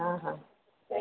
हा हा